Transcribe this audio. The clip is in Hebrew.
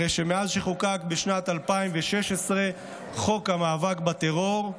הרי שמאז חוקק ב-2016 חוק המאבק בטרור,